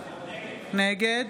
נגד